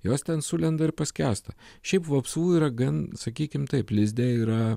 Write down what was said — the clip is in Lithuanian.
jos ten sulenda ir paskęsta šiaip vapsvų yra gan sakykim taip lizde yra